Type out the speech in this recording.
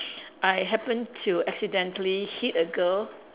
I happen to accidentally hit a girl